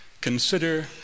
consider